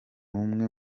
umwe